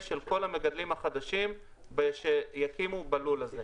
של כל המגדלים החדשים ושיקימו בלול הזה.